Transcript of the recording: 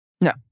No